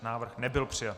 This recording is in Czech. Návrh nebyl přijat.